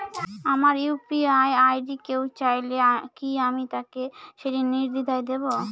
আমার UPI ID কেউ চাইলে কি আমি তাকে সেটি নির্দ্বিধায় দেব?